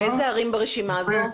אילו ערים ברשימה הזאת?